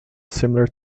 similar